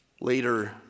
Later